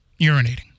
urinating